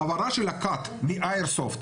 ההעברה של הקת מהאיירסופט